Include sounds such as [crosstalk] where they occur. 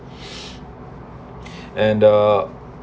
[breath] and the